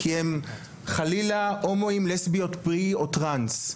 כי הם חלילה הומואים, לסביות, בי או טראנס.